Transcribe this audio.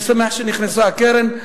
אני שמח שנכנסה הקרן,